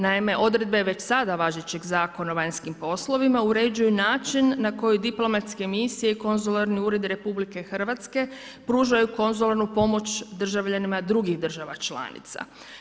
Naime odredbe već sada važećeg Zakona o vanjskim poslovima uređuju način na koji diplomatske misije i konzularni uredi RH pružaju konzularnu pomoć državljanima drugih država članica.